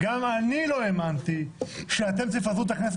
-- אבל גם אני לא האמנתי שאתם תפזרו את הכנסת